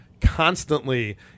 constantly